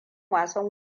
wasan